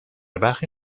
برخی